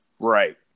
right